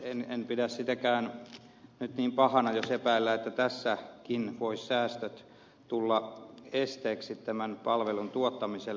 en pidä sitäkään nyt niin pahana jos epäillään että tässäkin voisivat säästöt tulla esteeksi tämän palvelun tuottamiselle